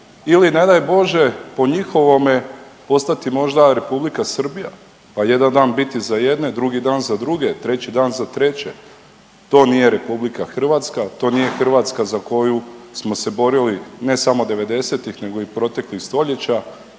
ili ne daj Bože po njihovome postati možda Republika Srbija pa jedan dan biti za jedne drugi dan za druge treći dan za treće? To nije RH, to nije Hrvatska za koju smo se borili ne samo devedesetih nego i proteklih stoljeća.